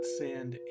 send